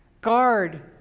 guard